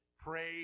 pray